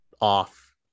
off